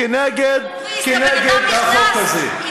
כנגד החוק הזה.